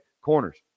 corners